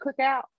cookout